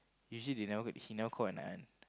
usually they never he never call at night one